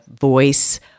voice